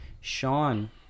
Sean